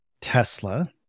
Tesla